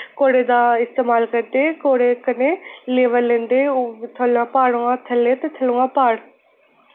घोड़े दा इस्तेमाल करदे घोड़े कन्नै लेबल लिंदे ओह् थल्लोआं प्हा्ड़ोआं थल्ले ते थल्लोआं प्हाड़